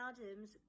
Adams